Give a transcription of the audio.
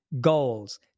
goals